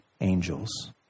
angels